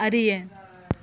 அறிய